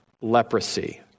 leprosy